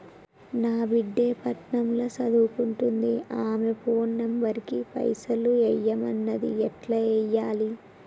నా బిడ్డే పట్నం ల సదువుకుంటుంది ఆమె ఫోన్ నంబర్ కి పైసల్ ఎయ్యమన్నది ఎట్ల ఎయ్యాలి?